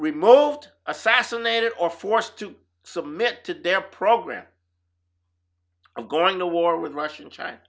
removed assassinated or forced to submit to their program of going to war with russia and china